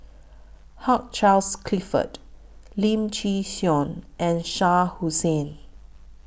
Hugh Charles Clifford Lim Chin Siong and Shah Hussain